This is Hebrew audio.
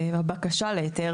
כי זה נוסח שונה מהנוסח הממשלתי,